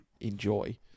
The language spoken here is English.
enjoy